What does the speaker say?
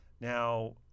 Now